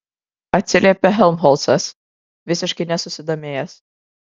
atsiliepė helmholcas visiškai nesusidomėjęs